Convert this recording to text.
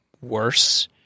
worse